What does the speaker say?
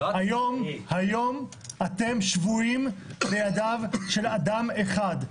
היום אתם שבויים בידיו של אדם אחד.